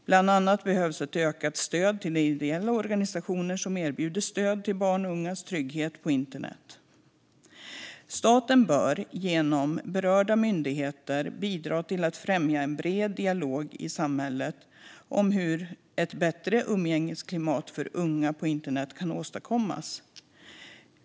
Bland annat behövs ökat stöd till ideella organisationer som erbjuder stöd och råd om barns trygghet på internet. Staten bör genom berörda myndigheter bidra till att främja en bred dialog i samhället om hur ett bättre umgängesklimat för unga på internet kan åstadkommas.